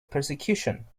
persecution